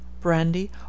brandy